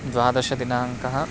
द्वादशदिनाङ्कः